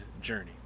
journey